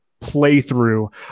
playthrough